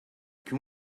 can